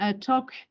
Talk